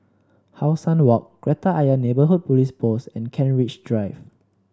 How Sun Walk Kreta Ayer Neighbourhood Police Post and Kent Ridge Drive